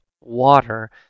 water